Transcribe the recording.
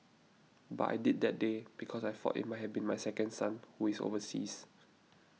but I did that day because I thought it might have been my second son who is overseas